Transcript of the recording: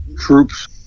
troops